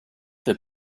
the